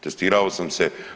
Testirao sam se.